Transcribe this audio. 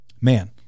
man